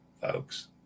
folks